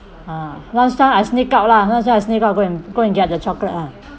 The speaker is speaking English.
ah lunchtime I sneak out lah lunchtime I sneak out go and go and get the chocolate lah